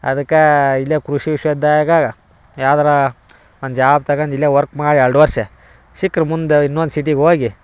ಅದಕ್ಕೆ ಇಲ್ಲೇ ಕೃಷಿ ವಿಶ್ವ ವಿದ್ಯಾಗ ಯಾವ್ದಾರ ಒಂದು ಜಾಬ್ ತಗೊಂಡು ಇಲ್ಲೇ ವರ್ಕ್ ಮಾಡಿ ಎರಡು ವರ್ಷ ಸಿಕ್ರೆ ಮುಂದೆ ಇನ್ನೊಂದು ಸಿಟಿಗೆ ಹೋಗಿ